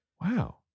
wow